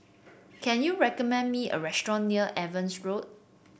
can you recommend me a restaurant near Evans Road